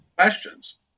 questions